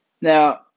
now